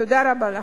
תודה רבה לכם.